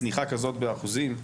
צניחה כזאת באחוזים.